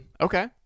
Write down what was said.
okay